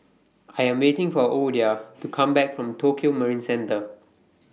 I Am waiting For Ouida to Come Back from Tokio Marine Centre